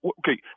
okay